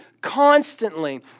constantly